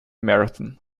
marathon